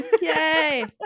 Yay